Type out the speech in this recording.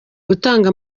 gutanga